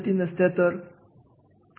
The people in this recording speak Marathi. याचे प्रशिक्षण त्यांना देणे आवश्यक असते